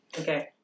Okay